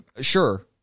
Sure